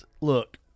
Look